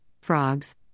frogs